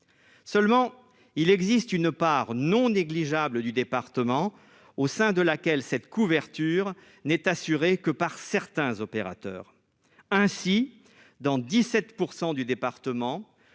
seulement il existe une part non négligeable du département au sein de laquelle cette couverture n'est assurée que par certains opérateurs ainsi dans 17 % du département